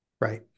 Right